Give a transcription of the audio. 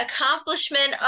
accomplishment